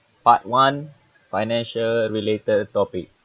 part one financial related topic